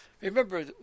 Remember